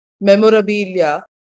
memorabilia